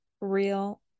real